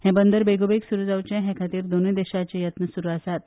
हें बंदर बेगोबेग सुरू जावचें हे खातीर दोनूय देशाचे यत्न सुरू आसात